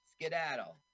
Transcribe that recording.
skedaddle